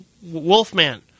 Wolfman